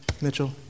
Mitchell